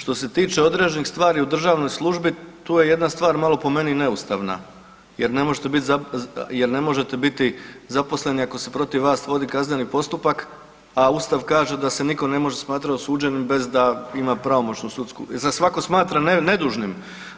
Što se tiče određenih stvari u državnoj službi tu je jedna stvar malo po meni neustavna jer ne možete biti zaposleni ako se protiv vas vodi kazneni postupak, a Ustav kaže da se nitko ne može smatrati osuđenim bez da ima pravomoćnu sudsku, za svako smatra nedužnim